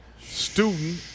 student